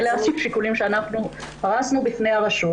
אלה השיקולים שאנחנו פרשנו בפני הרשות.